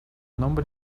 nombre